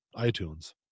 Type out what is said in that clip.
iTunes